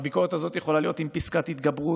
והביקורת הזאת יכולה להיות עם פסקת התגברות,